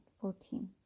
fourteen